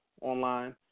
online